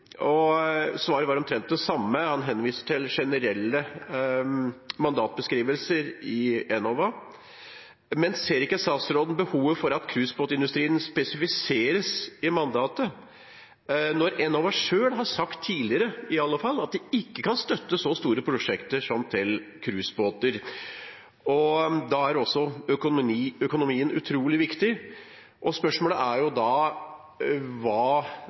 og svaret var omtrent det samme; han henviser til generelle mandatbeskrivelser i Enova. Men ser ikke statsråden behovet for at cruisebåtindustrien spesifiseres i mandatet, når Enova selv har sagt – tidligere i alle fall – at de ikke kan støtte så store prosjekter som landstrøm til cruisebåter? Da er også økonomien utrolig viktig. Spørsmålet er da hva